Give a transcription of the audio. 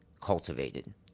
cultivated